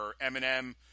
Eminem